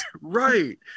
Right